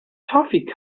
coated